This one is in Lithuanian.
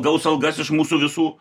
gaus algas iš mūsų visų